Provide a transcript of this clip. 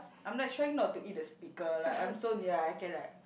I'm like trying not to eat the speaker like I'm so near I can like